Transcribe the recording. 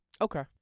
Okay